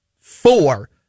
four